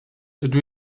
dydw